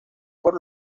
por